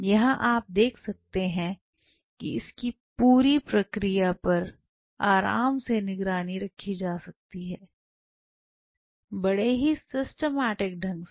यहां आप देख सकते हैं कि इस पूरी प्रक्रिया पर आराम से निगरानी रखी जा सकती है बड़े ही सिस्टमैटिक ढंग से